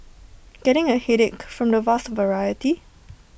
getting A headache from the vast variety